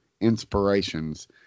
inspirations